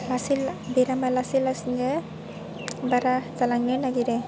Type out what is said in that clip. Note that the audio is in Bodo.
लासै बेरामा लासै लासैनो बारा जालांनो नागिरो